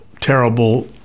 terrible